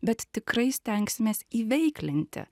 bet tikrai stengsimės įveiklinti